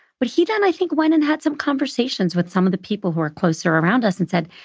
but he then, i think, went and had some conversations with some of the people who are closer around us and said,